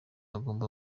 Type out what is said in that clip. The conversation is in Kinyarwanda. agomba